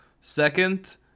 Second